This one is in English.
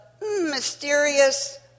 mysterious